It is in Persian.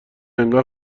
انگار